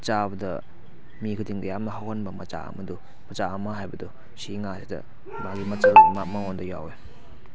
ꯆꯥꯕꯗ ꯃꯤ ꯈꯨꯗꯤꯡꯒꯤ ꯌꯥꯝꯅ ꯍꯥꯎꯍꯟꯕ ꯃꯆꯥꯛ ꯑꯃꯗꯨ ꯃꯆꯥꯛ ꯑꯃ ꯍꯥꯏꯕꯗꯨ ꯁꯤ ꯉꯥꯁꯤꯗ ꯃꯥꯒꯤ ꯃꯆꯜ ꯑꯃ ꯃꯉꯣꯟꯗ ꯌꯥꯎꯋꯤ